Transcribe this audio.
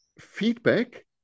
feedback